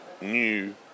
new